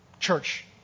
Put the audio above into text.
church